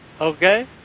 okay